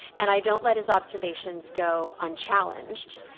and i don't let his observations go unchallenged.